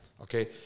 okay